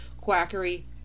quackery